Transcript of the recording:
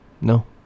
no